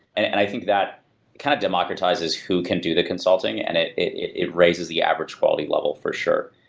and and i think that kind of democratizes who can do the consulting, and it it raises the average quality level for sure.